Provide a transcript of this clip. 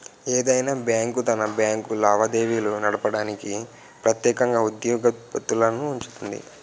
ఏదైనా బ్యాంకు తన బ్యాంకు లావాదేవీలు నడపడానికి ప్రెత్యేకంగా ఉద్యోగత్తులనుంచుతాది